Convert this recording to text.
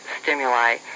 stimuli